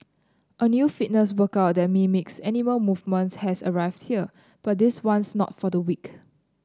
a new fitness workout that mimics animal movements has arrived here but this one's not for the weak